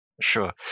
Sure